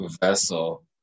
vessel